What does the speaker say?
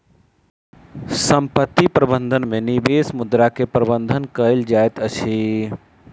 संपत्ति प्रबंधन में निवेश मुद्रा के प्रबंधन कएल जाइत अछि